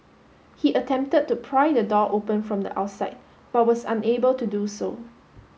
he attempted to pry the door open from the outside but was unable to do so